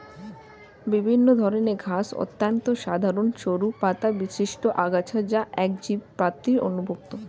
বিভিন্ন ধরনের ঘাস অত্যন্ত সাধারণ সরু পাতাবিশিষ্ট আগাছা যা একবীজপত্রীর অন্তর্ভুক্ত